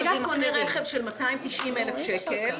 מי שקונה רכב של 290,000 שקל,